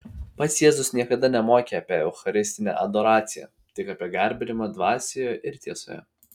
pats jėzus niekada nemokė apie eucharistinę adoraciją tik apie garbinimą dvasioje ir tiesoje